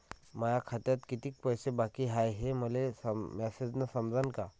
माया खात्यात कितीक पैसे बाकी हाय हे मले मॅसेजन समजनं का?